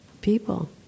people